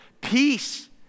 Peace